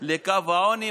לקו העוני,